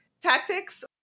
tactics